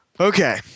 Okay